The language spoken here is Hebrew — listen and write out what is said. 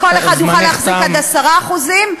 זמנך תם.